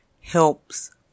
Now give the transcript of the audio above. helps